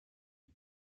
you